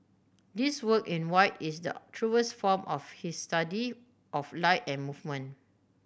this work in white is the truest form of his study of light and movement